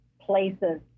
places